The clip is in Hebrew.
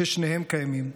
"ששניהם קיימים,